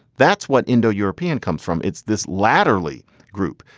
that's what indo european comes from. it's this latterly group,